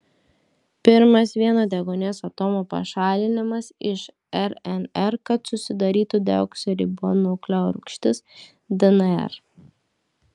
pirmas vieno deguonies atomo pašalinimas iš rnr kad susidarytų deoksiribonukleorūgštis dnr